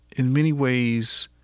in many ways,